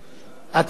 הצעת החוק